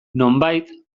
nonbait